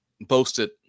boasted